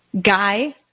guy